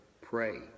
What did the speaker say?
pray